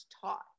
taught